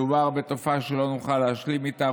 מדובר בתופעה שלא נוכל להשלים איתה.